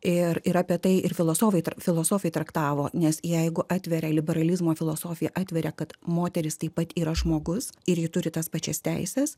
ir ir apie tai ir filosofai tra filosofai traktavo nes jeigu atveria liberalizmo filosofija atveria kad moterys taip pat yra žmogus ir ji turi tas pačias teises